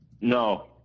No